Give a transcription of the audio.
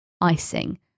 icing